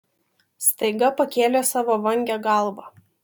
staiga pakėlė savo vangią galvą